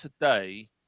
today